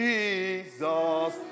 Jesus